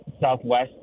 Southwest